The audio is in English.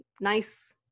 nice